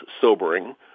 sobering